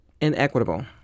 inequitable